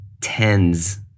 tens